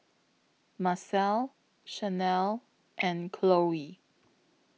Marcelle Shanelle and Chloie